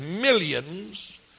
millions